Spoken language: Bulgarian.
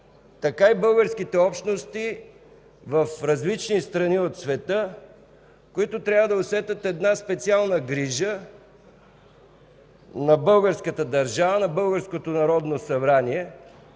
така и българските общности в различни страни от света, които трябва да усетят една специална грижа на българската държава, на